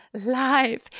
life